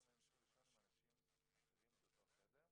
והיינו צריכים לישון עם אנשים אחרים באותו חדר.